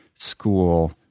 school